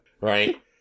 right